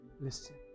Listen